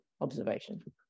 observation